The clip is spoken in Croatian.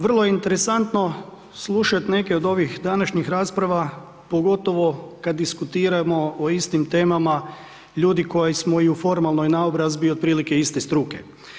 Vrlo interesantno slušati neke od ovih današnjih rasprava, pogotovo kad diskutiramo o istim temama, ljudi koji smo i u formalnoj naobrazbi otprilike iste struke.